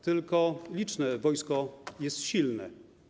Tylko liczne wojsko jest silne.